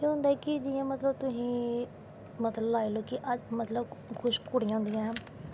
केह् होंदा ऐ कि जियां तुसें मतलव कुश कुड़ियां होंदियां नै